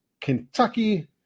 Kentucky